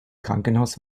krankenhaus